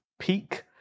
peak